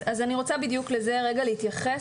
בדיוק לזה אני רוצה להתייחס.